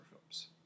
films